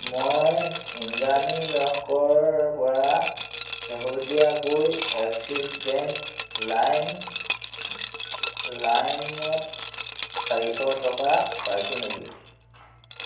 মই ইন্দ্ৰাণী লহকৰৰপৰা শেহতীয়াকৈ এক্সিছ বেংক লাইম লাইমত চাৰিশ টকা পাইছো নেকি